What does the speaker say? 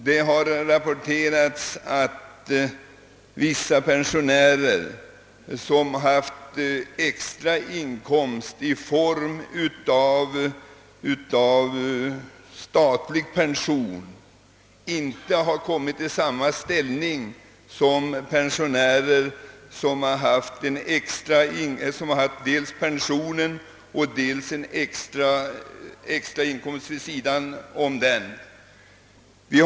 Det har rapporterats att vissa pensionärer som haft extra inkomst i form av statlig pension, inte behandlas likadant som pensionärer som haft annan extra inkomst vid sidan av pensionen.